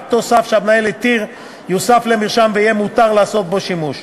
רק תוסף שהמנהל התיר יוסף למרשם ויהיה מותר לעשות בו שימוש.